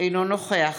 אינו נוכח